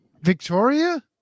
Victoria